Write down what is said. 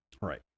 Right